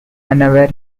unaware